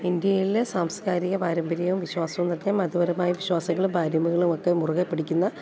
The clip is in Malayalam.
ഇന്ത്യേൽ സാംസ്കാരിക പാരമ്പര്യവും വിശ്വാസവും ഒക്കെ മതപരമായ വിശ്വാസങ്ങളും പാരമ്പര്യങ്ങളും ഒക്കെ മുറുകെ പിടിക്കുന്ന